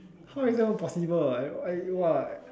how is that even possible I I !wah!